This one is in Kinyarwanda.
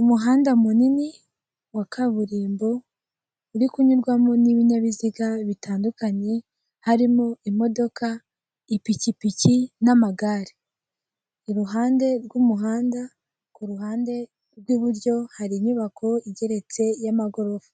Umuhanda munini wa kaburimbo uri kunyurwamo n'ibinyabiziga bitandukanye, harimo imodoka, ipikipiki n'amagare. Iruhande rw'umuhanda ku ruhande rw'iburyo hari inyubako igeretse y'amagorofa,